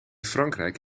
frankrijk